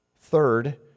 Third